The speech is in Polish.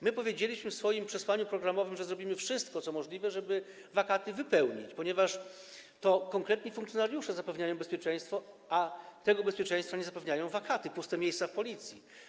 My powiedzieliśmy w swoim przesłaniu programowym, że zrobimy wszystko, co możliwe, żeby wakaty wypełnić, ponieważ to konkretni funkcjonariusze zapewniają bezpieczeństwo, a tego bezpieczeństwa nie zapewniają wakaty, puste miejsca w Policji.